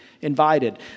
invited